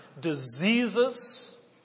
diseases